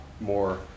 more